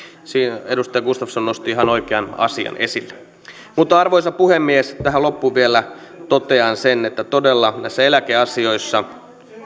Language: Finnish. siinä edustaja gustafsson nosti ihan oikean asian esille arvoisa puhemies tähän loppuun vielä totean sen että todella näissä eläkeasioissa